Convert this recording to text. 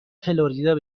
فلوریدا